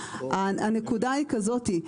הנקודה היא כזאתי,